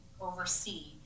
oversee